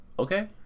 okay